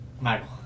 Michael